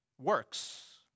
works